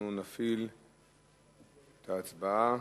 אנחנו נפעיל את ההצבעה.